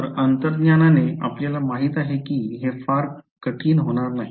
तर अंतर्ज्ञानाने आपल्याला माहित आहे की हे फार कठीण होणार नाही